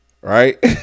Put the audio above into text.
right